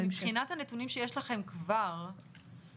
אבל מבחינת הנתונים שיש לכם כבר על